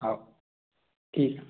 हो ठीक